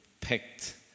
picked